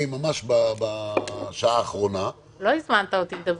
ממש בשעה האחרונה --- לא הזמנת אותי לדבר.